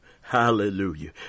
Hallelujah